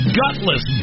gutless